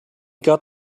got